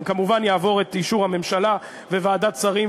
כמובן יעבור את אישור הממשלה וועדת שרים,